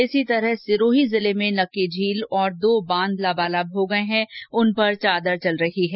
इसी तरह सिरोही जिले में नक्की झील और दो बांध लबालब हो गए है उन पर चादर चल रही है